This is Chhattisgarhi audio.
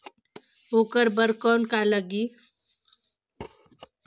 ओकर बर कौन का लगी?